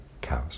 cows